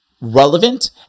relevant